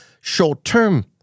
short-term